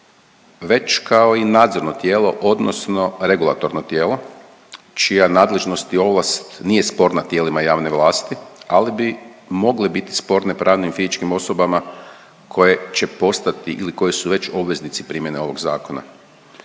već kao i nadzorno tijelo odnosno regulatorno tijelo, čija nadležnost i ovlast nije sporna tijelima javne vlasti, ali bi mogle biti sporne pravnim i fizičkim osobama koje će postati ili koje su već obveznici primjene ovog Zakona.